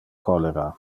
cholera